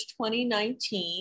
2019